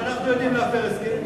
גם אנחנו יודעים להפר הסכמים.